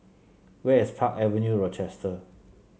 where is Park Avenue Rochester